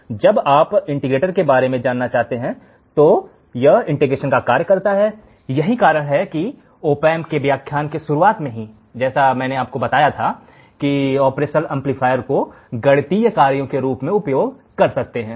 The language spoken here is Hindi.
इसलिए जब आप इंटीग्रेटर के बारे में जानना चाहते हैं तो यह इंटीग्रेशन का कार्य करता है यही कारण है कि ऑप एम्प के व्याख्यान की शुरुआत मेंजैसा की मैंने आपको बताया कि ऑपरेशनल एम्पलीफायर को गणितीय कार्यों के रूप में उपयोग कर सकते हैं